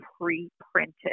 pre-printed